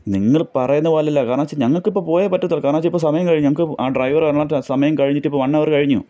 നിങ്ങൾ പറയുന്നതുപോലെയല്ല കാരണം എന്നു വച്ചാൽ ഞങ്ങൾക്കിപ്പോൾ പോയെ പറ്റത്തുള്ളു കാരണം എന്നു വച്ചാൽ ഇപ്പോൾ സമയം കഴിഞ്ഞു ഞങ്ങൾക്ക് ആ ഡ്രൈവർ വരണം സമയം കഴിഞ്ഞിട്ടിപ്പോൾ വൺ അവർ കഴിഞ്ഞു